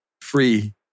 free